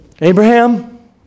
Abraham